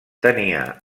tenia